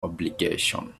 obligation